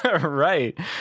right